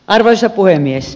arvoisa puhemies